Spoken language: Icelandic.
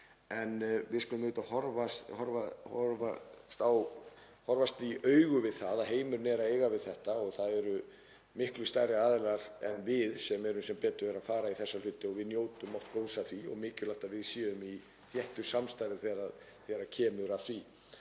en við skulum auðvitað horfast í augu við það að heimurinn er að eiga við þetta og það eru miklu stærri aðilar en við sem eru sem betur fer að fara í þessa hluti. Við njótum oft góðs af því og mikilvægt að við séum í þéttu samstarfi þegar kemur að þessu.